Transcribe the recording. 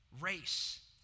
race